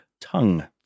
Tongue